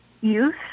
youth